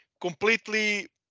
completely